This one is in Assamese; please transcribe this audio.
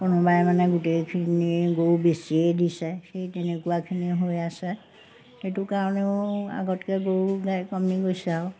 কোনোবাই মানে গোটেইখিনি গৰু বেচিয়ে দিছে সেই তেনেকুৱাখিনি হৈ আছে সেইটো কাৰণেও আগতকৈ গৰু গাই কমি গৈছে আৰু